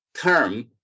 term